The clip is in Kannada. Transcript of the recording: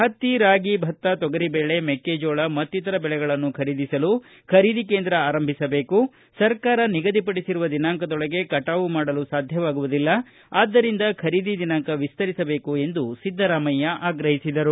ಹತ್ತಿ ರಾಗಿ ಭತ್ತ ತೊಗರಿಬೇಳೆ ಮೆಕ್ಕೆಜೋಳ ಮತ್ತಿತರ ಬೆಳೆಗಳನ್ನು ಖರೀದಿಸಲು ಖರೀದಿ ಕೇಂದ್ರ ಆರಂಭಿಸಬೇಕು ಸರ್ಕಾರ ನಿಗದಿಪಡಿಸಿರುವ ದಿನಾಂಕದೊಳಗೆ ಕಟಾವು ಮಾಡಲು ಸಾಧ್ಯವಾಗುವುದಿಲ್ಲ ಆದ್ದರಿಂದ ಖರೀದಿ ದಿನಾಂಕ ವಿಸ್ತರಿಸಬೇಕು ಎಂದು ಸಿದ್ದರಾಮಯ್ಯ ಆಗ್ರಹಿಸಿದರು